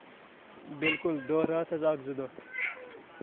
بِلکُل دۄہ راتھ حظ اکھ زٕ دۄہ